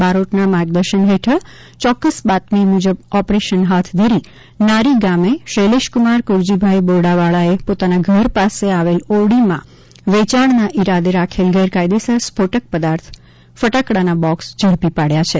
બારોટના માર્ગદર્શન હેઠળ ચોક્કસ બાતમી મુજબ ઓપરેસન હાથ ધરી નારી ગામે શૈલેષકુમાર કુરજીભાઈ બોરડાવાળાએ પોતાના ઘર પાસે આવેલ ઓરડીમાં વેચાણના ઇરાદે રાખેલ ગેરકાયદેસર સ્ફોટક પદાર્થ ફટાકડાના બોક્સ ઝડપી પાડ્યા છે